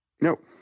Nope